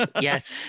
yes